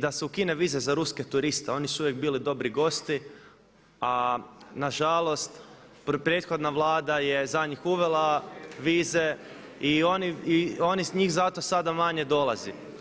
da se ukine vize za ruske turiste, oni su uvijek bili dobri gosti, a nažalost prethodna Vlada je za njih uvela vize i njih zato sada manje dolazi.